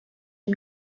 him